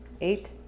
Eight